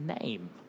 name